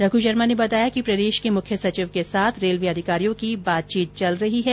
रघ् शर्मा ने बताया कि प्रदेश के मुख्य सचिव के साथ रेलवे अधिकारियों की बातचीत चल रही है